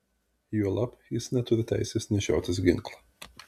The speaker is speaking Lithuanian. juolab jis neturi teisės nešiotis ginklą